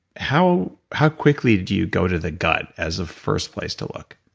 how how quickly do you go to the gut as a first place to look?